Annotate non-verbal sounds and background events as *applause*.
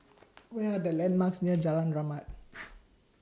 Where Are The landmarks near Jalan Rahmat *noise*